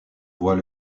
voit